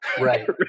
right